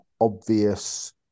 obvious